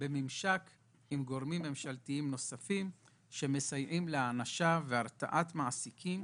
בממשק עם גורמים ממשלתיים נוספים שמסייעים להענשה ולהרתעת מעסיקים